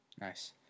Nice